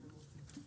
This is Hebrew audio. תודה.